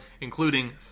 including